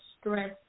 stress